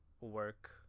work